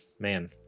man